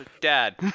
Dad